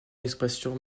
l’expression